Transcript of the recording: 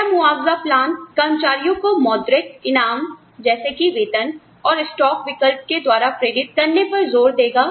क्या मुआवजा प्लान कर्मचारियों को मौद्रिक इनाम जैसे कि वेतन और स्टॉक विकल्प के द्वारा प्रेरित करने पर जोर देगा